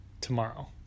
tomorrow